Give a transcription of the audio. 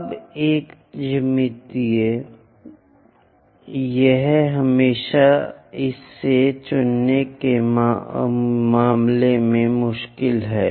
अब एक ज्यामिति यह हमेशा इसे चुनने के मामले में मुश्किल है